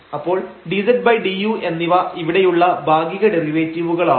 അപ്പോൾ ∂z∂u എന്നിവ ഇവിടെയുള്ള ഭാഗിക ഡെറിവേറ്റീവുകളാവും